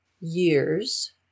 years